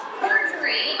perjury